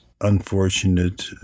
unfortunate